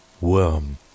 worm